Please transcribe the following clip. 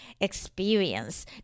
experience